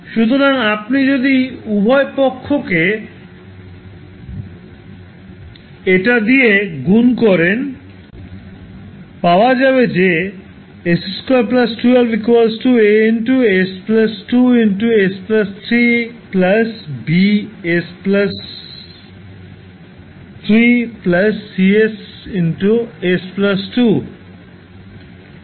সুতরাং আপনি যদি উভয় পক্ষকে এটা দিয়ে গুন করেন পাওয়া যাবে যে 𝑠2 12 𝐴 𝑠 2 𝑠 3 𝐵𝑠 𝑠 3 𝐶𝑠 𝑠 2